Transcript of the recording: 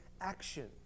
action